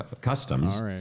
customs